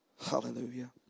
Hallelujah